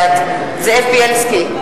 בעד זאב בילסקי,